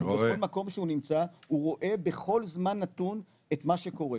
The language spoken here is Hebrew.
בכל מקום שהוא נמצא הוא רואה בכל זמן נתון את מה שקורה,